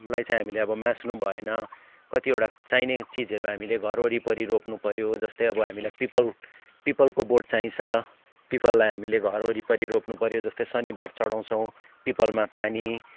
लाई चाहिँ हामीले अब मास्नुभएन कतिवटा चाहिने चिजहरू हामीले घर वरिपरि रोप्नुपऱ्यो जस्तै अब हामीलाई पिपल पिपलको बोट चाहिन्छ पिपललाई हामीले घर वरिपरि रोप्नुपऱ्यो जस्तै शनिबार चढाउँछौँ पिपलमा पानी